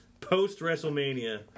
post-WrestleMania